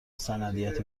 سندیت